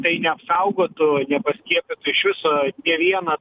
tai neapsaugotų nepaskiepytų iš viso nė viena